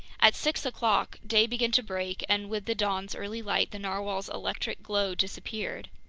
at six o'clock day began to break, and with the dawn's early light, the narwhale's electric glow disappeared.